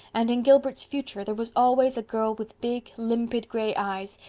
and in gilbert's future there was always a girl with big, limpid gray eyes,